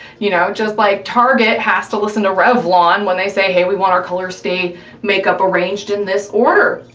you know, just like target has to listen to revlon when they say, hey, we want our colorstay makeup arranged in this order.